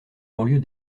banlieue